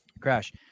Crash